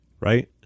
right